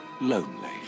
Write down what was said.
lonely